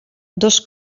dos